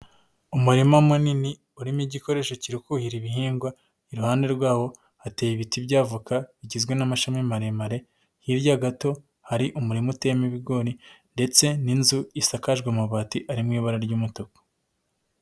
Umurima munini urimo igikoresho kiri kuhira ibihingwa, iruhande rwawo hateye ibiti bya avoka igizwe n'amashami maremare, hirya gato hari umurima uteyemo ibigori ndetse n'inzu isakajwe amabati ari mu ibara ry'umutuku.